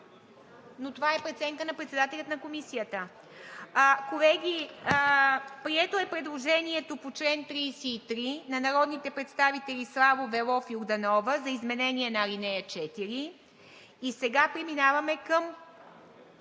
но това е по преценка на председателя на Комисията. Колеги, прието е предложението по чл. 33 на народните представители Славов, Велов и Йорданова за изменение на ал. 4. Сега гласуваме